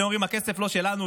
אתם אומרים: הכסף לא שלנו,